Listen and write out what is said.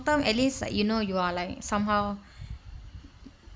term at least like you know you are like somehow